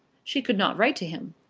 she could not write to him.